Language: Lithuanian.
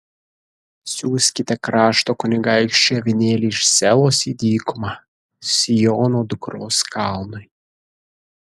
siųskite krašto kunigaikščiui avinėlį iš selos į dykumą siono dukros kalnui